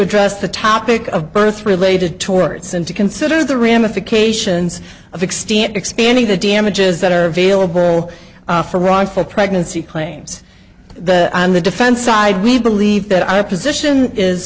address the topic of birth related towards and to consider the ramifications of extent expanding the damages that are available for wrongful pregnancy claims the on the defense side we believe that our position is